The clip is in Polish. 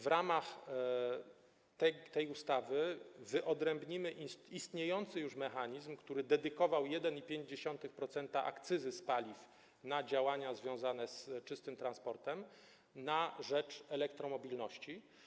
W ramach tej ustawy wyodrębnimy istniejący już mechanizm, który dedykował 1,5% akcyzy z paliw na działania związane z czystym transportem na rzecz elektromobilności.